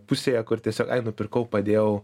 pusėje kur tiesiog ai nupirkau padėjau